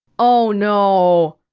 oh, no.